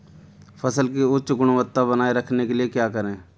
फसल की उच्च गुणवत्ता बनाए रखने के लिए क्या करें?